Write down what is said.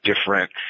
different